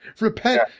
Repent